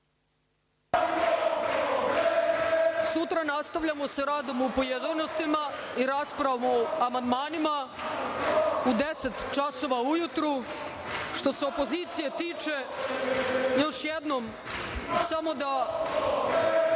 sutra nastavljamo sa radom u pojedinostima i raspravom o amandmanima u 10.00 časova ujutru. Što se opozicije tiče, još jednom, samo da